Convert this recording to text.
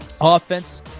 Offense